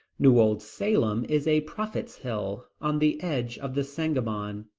new old salem is a prophet's hill, on the edge of the sangamon,